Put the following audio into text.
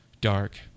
dark